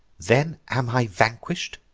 then am i vanquish'd?